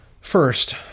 First